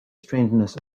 strangeness